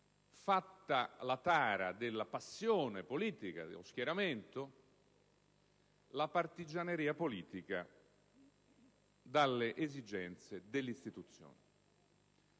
fatta la tara della passione politica dello schieramento, la partigianeria politica dalle esigenze delle istituzioni.